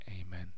Amen